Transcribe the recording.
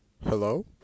Hello